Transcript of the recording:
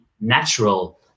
natural